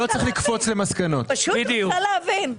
לא, פשוט רוצה להבין.